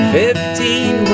fifteen